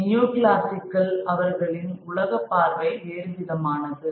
neoclassical அவர்களின் உலகப்பார்வை வேறுவிதமானது